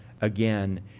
again